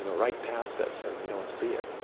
you know right past us, and we don't see it.